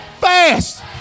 fast